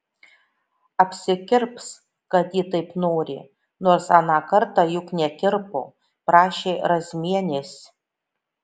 apsikirps kad ji taip nori nors aną kartą juk nekirpo prašė razmienės